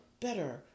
better